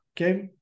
okay